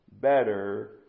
better